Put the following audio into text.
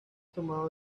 tomado